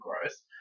gross